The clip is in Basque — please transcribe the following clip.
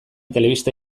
telebista